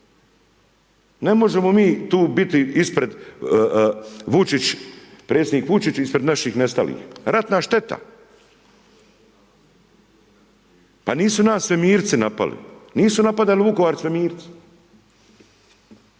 Ne možemo mi tu biti ispred, Vučić ispred naših nestalih, ratna šteta, pa nisu nas svemirci napali, nisu napadali Vukovar svemirci.